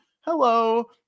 Hello